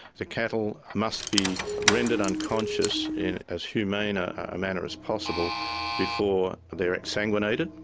the cattle must be rendered unconscious in as humane ah a manner as possible before they're exsanguinated,